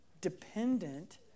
dependent